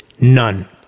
none